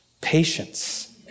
patience